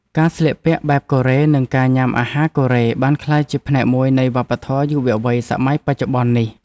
ការស្លៀកពាក់បែបកូរ៉េនិងការញ៉ាំអាហារកូរ៉េបានក្លាយជាផ្នែកមួយនៃវប្បធម៌យុវវ័យសម័យបច្ចុប្បន្ននេះ។